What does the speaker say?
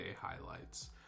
highlights